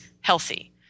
healthy